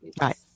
Right